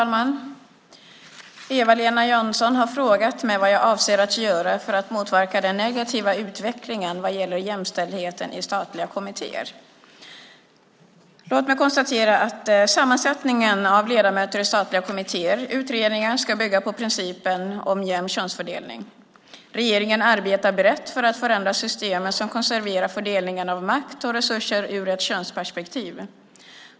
Fru talman! Eva-Lena Jansson har frågat mig vad jag avser att göra för att motverka den negativa utvecklingen vad gäller jämställdheten i statliga kommittéer. Låt mig konstatera att sammansättningen av ledamöter i statliga kommittéer och utredningar ska bygga på principen om en jämn könsfördelning. Regeringen arbetar brett för att förändra system som konserverar fördelningen av makt och resurser ur ett könsperspektiv.